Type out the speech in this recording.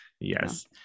Yes